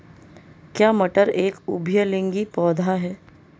क्या मटर एक उभयलिंगी पौधा है?